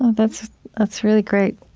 that's that's really great,